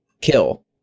kill